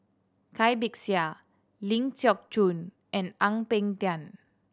Cai Bixia Ling Geok Choon and Ang Peng Tiam